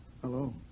Hello